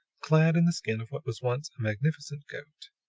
clad in the skin of what was once a magnificent goat.